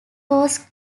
was